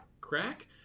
crack